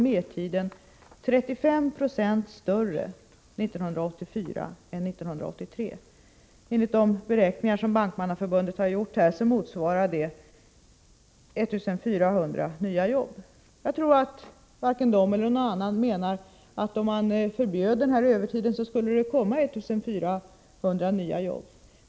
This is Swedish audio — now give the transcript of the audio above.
mertiden 35 9o större 1984 än 1983. Enligt de beräkningar som Bankmannaförbundet har gjort motsvarar det 1 400 nya jobb. Jag tror att varken Bankmannaförbundet eller någon annan menar att om man förbjöd den här övertiden skulle det komma 1 400 nya jobb.